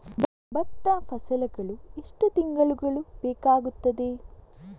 ಭತ್ತ ಫಸಲಾಗಳು ಎಷ್ಟು ತಿಂಗಳುಗಳು ಬೇಕಾಗುತ್ತದೆ?